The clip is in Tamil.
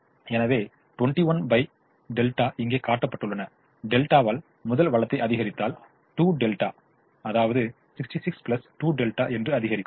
எனவே 21δ இங்கே காட்டப்பட்டுள்ள டெல்டாவால் முதல் வளத்தை அதிகரித்தால் 2δ 66 2δ அதிகரிக்கும்